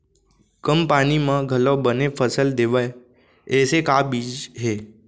कम पानी मा घलव बने फसल देवय ऐसे का बीज हे?